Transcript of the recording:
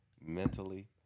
mentally